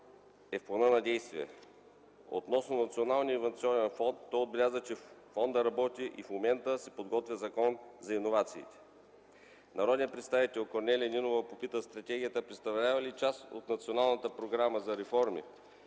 е в плана за действие. Относно Националния иновационен фонд той отбеляза, че фондът работи и в момента се подготвя Закон за иновациите. Народният представител Корнелия Нинова попита стратегията представлява ли част от Националната програма за реформи